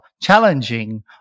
challenging